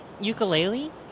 ukulele